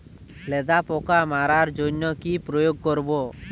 লেদা পোকা মারার জন্য কি প্রয়োগ করব?